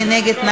מי נגד?